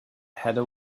heather